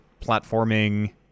platforming